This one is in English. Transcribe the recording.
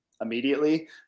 immediately